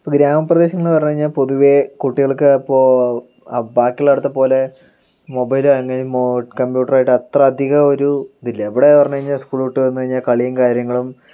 ഗ്രാമപ്രദേശങ്ങൾ എന്ന് പറഞ്ഞ് കഴിഞ്ഞാൽ പൊതുവേ കുട്ടികൾക്ക് അപ്പോൾ ബാക്കിയുള്ള അവിടുത്തെ പോലെ മൊബൈലോ അങ്ങനെ കംപ്യൂട്ടറായിട്ടോ അത്രയധികം ഒരു ഇതില്ല ഇവിടെ പറഞ്ഞ് കഴിഞ്ഞാൽ സ്കൂൾ വിട്ട് വന്ന് കഴിഞ്ഞാൽ കളിയും കാര്യങ്ങളും